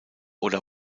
oder